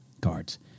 cards